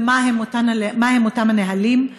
ומהם אותם הנהלים?